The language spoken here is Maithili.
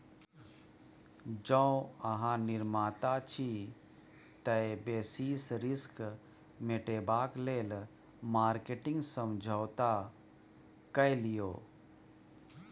जौं अहाँ निर्माता छी तए बेसिस रिस्क मेटेबाक लेल मार्केटिंग समझौता कए लियौ